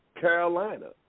Carolina